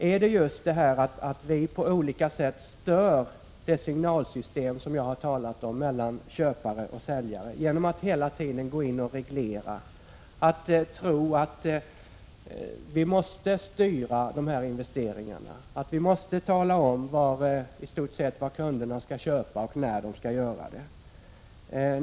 Vi stör på olika sätt signalsystemet, som jag har talat om, mellan köpare och säljare genom att hela tiden gå in och reglera, genom att tro att vi måste styra investeringarna, genom att tro att vi i stort sett måste tala om vad kunderna skall köpa och när de skall göra det.